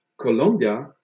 Colombia